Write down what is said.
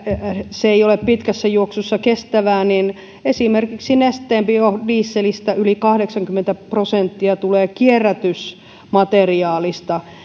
se ei ole pitkässä juoksussa kestävää niin esimerkiksi nesteen biodieselistä yli kahdeksankymmentä prosenttia tulee kierrätysmateriaalista